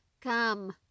come